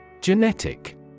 Genetic